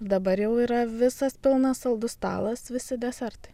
dabar jau yra visas pilnas saldus stalas visi desertai